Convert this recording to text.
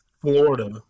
Florida